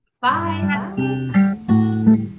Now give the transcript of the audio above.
Bye